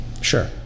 Sure